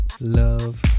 love